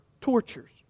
tortures